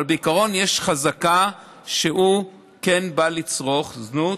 אבל בעיקרון יש חזקה שהוא כן בא לצרוך זנות.